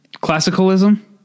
Classicalism